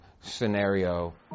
scenario